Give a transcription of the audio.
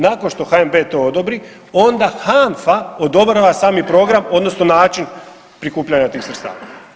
Nakon što HNB-e to odobri onda HANFA odobrava sami program odnosno način prikupljanja tih sredstava.